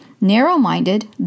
narrow-minded